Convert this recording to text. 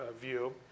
view